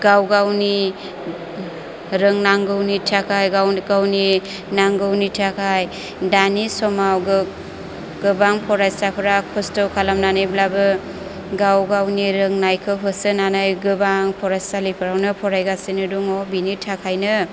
गाव गावनि रोनांगौनि थाखाय गाव गावनि नांगौनि थाखाय दानि समाव गोबां फरायसाफ्रा खस्थ' खालामनानैब्लाबो गाव गावनि रोंनायखौ होसोनानै गोबां फरायसालिफोरावनो फरायगासिनो दङ बेनि थाखायनो